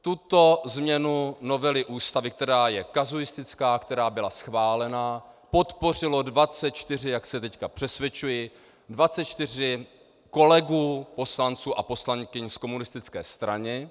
Tuto změnu novely Ústavy, která je kazuistická, která byla schválena, podpořilo 24, jak se teď přesvědčuji, 24 kolegů poslanců a poslankyň z komunistické strany.